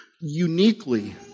uniquely